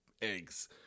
eggs